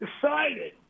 decided